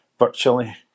virtually